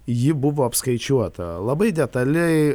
ji buvo apskaičiuota labai detaliai